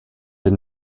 did